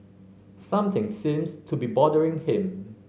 something seems to be bothering him